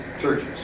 churches